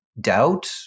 doubt